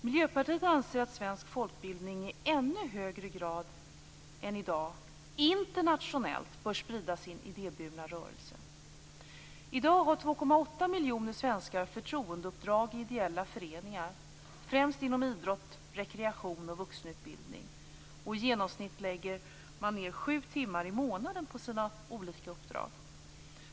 Miljöpartiet anser att svensk folkbildning i ännu högre grad än i dag internationellt bör sprida sin idéburna rörelse. I dag har 2,8 miljoner svenskar förtroendeuppdrag i ideella föreningar, främst inom idrott, rekreation och vuxenutbildning. I genomsnitt lägger man ned 7 timmar i månaden på sina olika uppdrag.